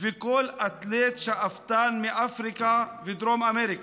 וכל אתלט שאפתן מאפריקה ודרום אמריקה.